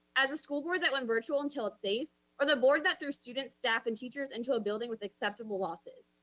as a school board that when virtual until it's safe or the board that their students, staff and teachers into a building with acceptable losses?